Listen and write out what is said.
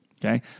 Okay